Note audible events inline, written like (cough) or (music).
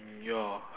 (noise) ya